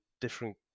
different